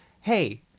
hey